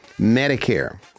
Medicare